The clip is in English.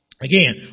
Again